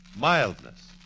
mildness